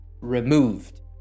removed